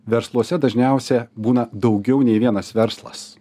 versluose dažniausia būna daugiau nei vienas verslas